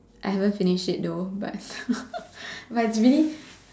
I haven't finished it though but but it's really